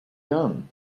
done